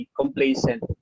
complacent